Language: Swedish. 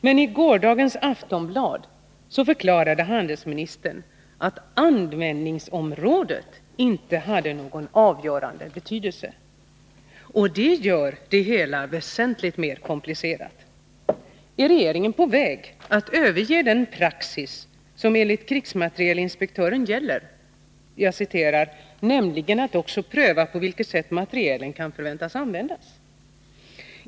Men i gårdagens nummer av Aftonbladet förklarade handelsministern att användningsområdet inte hade någon avgörande betydelse. Och det gör det hela väsentligt mer komplicerat. Är regeringen på väg att överge den praxis som enligt krigsmaterielinspektören gäller, ”nämligen att också pröva på vilket sätt materielen kan förväntas användas”?